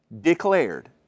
declared